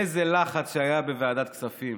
איזה לחץ היה בוועדת כספים,